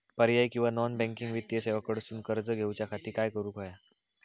पर्यायी किंवा non banking वित्तीय सेवा कडसून कर्ज घेऊच्या खाती काय करुक होया?